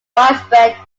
widespread